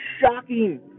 shocking